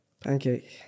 Pancake